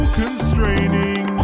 constraining